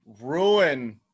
ruin